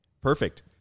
Perfect